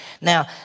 now